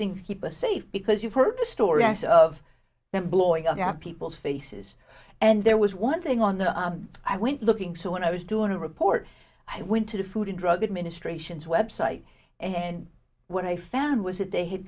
things keep us safe because you've heard the stories of them blowing up people's faces and there was one thing on the i went looking so when i was doing a report i went to the food and drug administration's website and what i found was that they had